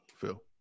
Phil